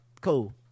cool